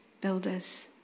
builders